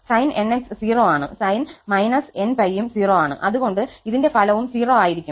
sin 𝑛𝜋 0 ആണ് sin−𝑛𝜋യും 0 ആണ് അതുകൊണ്ട് ഇതിന്റെ ഫലവും 0 ആയിരിക്കും